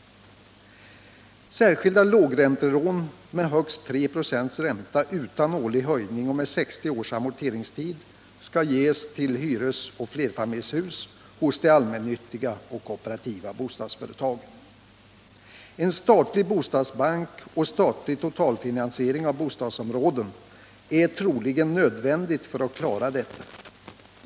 Särskilda lågräntelån med högst 3 96 ränta utan årlig höjning och med 60 års amorteringstid skall ges till hyresoch flerfamiljshus hos de allmännyttiga och kooperativa bostadsföretagen. En statlig bostadsbank och statlig totalfinansiering av bostadsområden är troligen nödvändigt för att klara detta.